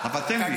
אבל תן לי.